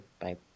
Bye